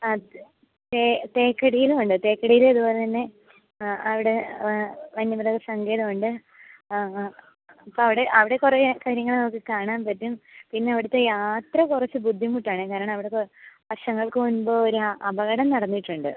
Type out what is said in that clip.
ആ ത് തേ തേക്കടിയിലും ഉണ്ട് തേക്കടിയിൽ ഇതുപോലെ തന്നെ അവിടെ വ വന്യമൃഗ സങ്കേതമുണ്ട് അപ്പോൾ അവിടെ അവിടെ കുറേ കാര്യങ്ങൾ നമുക്ക് കാണാൻ പറ്റും പിന്നെ അവിടുത്തെ യാത്ര കുറച്ച് ബുദ്ധിമുട്ടാണ് കാരണം അവിടെ ഇപ്പോൾ വർഷങ്ങൾക്ക് മുൻപ് ഒരു അപകടം നടന്നിട്ടുണ്ട്